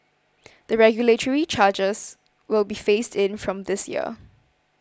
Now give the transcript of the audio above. the regulatory changes will be phased in from this year